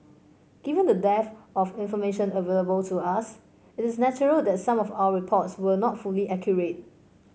given the dearth of information available to us it is natural that some of our reports were not fully accurate